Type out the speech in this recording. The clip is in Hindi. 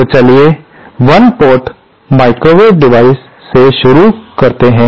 तो चलिए 1 पोर्ट माइक्रोवेव डिवाइस से शुरुआत करते हैं